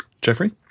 Jeffrey